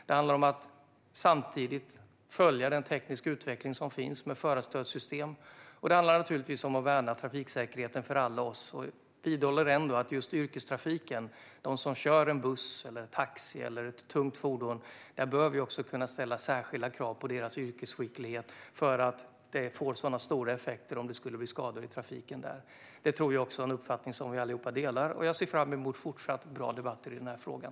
Det handlar också om att samtidigt följa den tekniska utveckling som finns med förarstödsystem, och det handlar naturligtvis om att värna trafiksäkerheten för alla oss. Jag vidhåller än att just när det gäller yrkestrafiken, de som kör en buss, en taxi eller ett tungt fordon, bör vi också kunna ställa särskilda krav på deras yrkesskicklighet för att det får sådana stora effekter om det blir skador i trafiken. Det tror jag är en uppfattning som vi allihop delar, och jag ser fram emot fortsatt bra debatter i den här frågan.